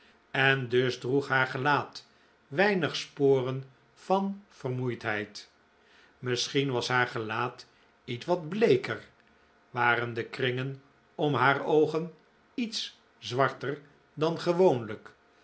en dus droeg haar gelaat weinig sporen van vermoeidheid misschien was haar gelaat ietwat bleeker waren de kringen om haar oogen iets zwarter dan gewoonlijk